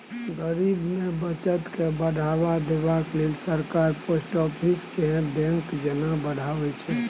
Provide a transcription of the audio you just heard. गरीब मे बचत केँ बढ़ावा देबाक लेल सरकार पोस्ट आफिस केँ बैंक जेना बढ़ाबै छै